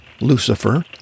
Lucifer